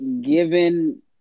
given